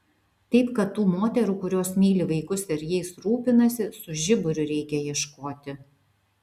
taip kad tų moterų kurios myli vaikus ir jais rūpinasi su žiburiu reikia ieškoti